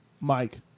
Mike